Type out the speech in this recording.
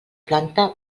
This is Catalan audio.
planta